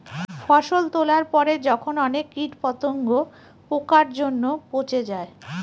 ফসল তোলার পরে যখন অনেক কীট পতঙ্গ, পোকার জন্য পচে যায়